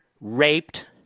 raped